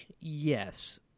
yes